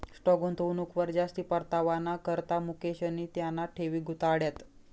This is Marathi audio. स्टाॅक गुंतवणूकवर जास्ती परतावाना करता मुकेशनी त्याना ठेवी गुताड्यात